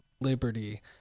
liberty